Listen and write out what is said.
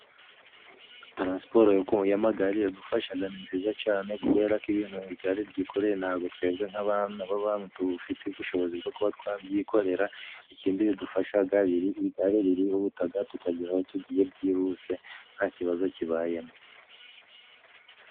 Taransiporo y'amagare iradufashaga ni nziza cane. Kubera ko ibintu igare ryikoreye ntabwo twebwe nk'abana b'abantu dufite ubushobozi bwo kuba twabyikorera. Ikindi bidufashaga igare ririhutaga tukagera aho tugiye byihuse nta kibazo kibayemo.